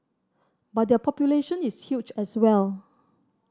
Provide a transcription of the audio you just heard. but their population is huge as well